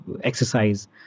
exercise